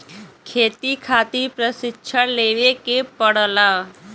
खेती खातिर प्रशिक्षण लेवे के पड़ला